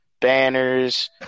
Banners